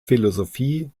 philosophie